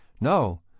No